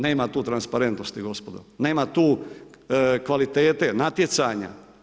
Nema tu transparentnosti gospodo, nema tu kvalitete, natjecanja.